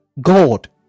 God